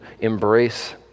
embrace